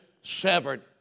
severed